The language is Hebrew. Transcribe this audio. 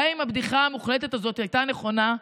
גם אם הבדיחה המוחלטת הזאת הייתה נכונה,